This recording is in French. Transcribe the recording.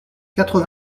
quatre